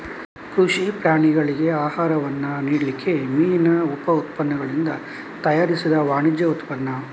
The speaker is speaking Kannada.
ಕೃಷಿ ಪ್ರಾಣಿಗಳಿಗೆ ಆಹಾರವನ್ನ ನೀಡ್ಲಿಕ್ಕೆ ಮೀನಿನ ಉಪ ಉತ್ಪನ್ನಗಳಿಂದ ತಯಾರಿಸಿದ ವಾಣಿಜ್ಯ ಉತ್ಪನ್ನ